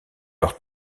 leur